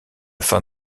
fin